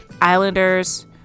islanders